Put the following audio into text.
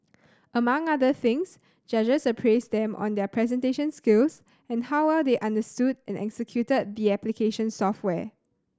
among other things judges appraised them on their presentation skills and how well they understood and executed the application software